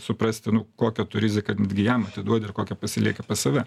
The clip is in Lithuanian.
suprasti nu kokią tu riziką netgi jam atiduodi ir kokią pasilieki pas save